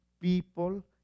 people